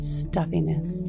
stuffiness